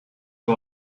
you